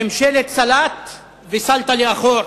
ממשלת סלט וסלטה לאחור.